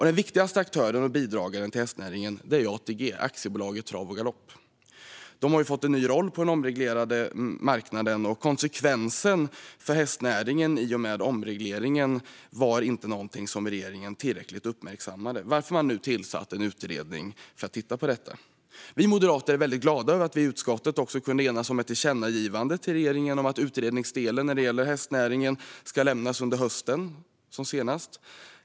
Den viktigaste aktören och bidragaren till hästnäringen är ATG, Aktiebolaget Trav och Galopp, som har fått en ny roll på den omreglerade marknaden. Konsekvenserna för hästnäringen av omregleringen var inte någonting som regeringen uppmärksammade tillräckligt, varför man nu tillsatt en utredning av detta. Vi moderater är väldigt glada över att utskottet kunde enas om ett tillkännagivande till regeringen om att utredningsdelen om hästnäringen ska lämnas senast under hösten.